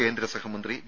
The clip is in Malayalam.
കേന്ദ്രസഹമന്ത്രി വി